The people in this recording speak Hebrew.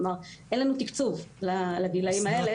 אין לנו תקצוב לגילאים האלה.